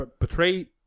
betray